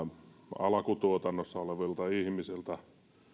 alkutuotannossa olevilta ihmisiltä